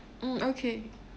mm okay